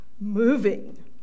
moving